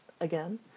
again